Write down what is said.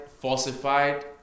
falsified